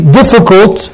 difficult